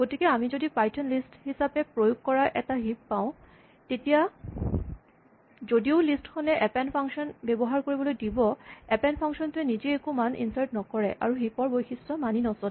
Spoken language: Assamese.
গতিকে আমি যদি পাইথন লিষ্ট হিচাপে প্ৰয়োগ কৰা এটা হিপ পাওঁ তেতিয়া যদিও লিষ্ট খনে এপেন্ড ফাংচন ব্যৱহাৰ কৰিবলৈ দিব এপেন্ড ফাংচন টোৱে নিজে একো মান ইনচাৰ্ট নকৰে আৰু হিপ ৰ বৈশিষ্ট মানি নচলে